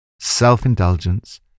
Self-indulgence